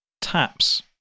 Taps